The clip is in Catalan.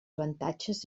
avantatges